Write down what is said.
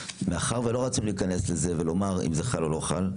מאחר ולא רצינו להיכנס לזה ולומר אם זה חל או לא חל,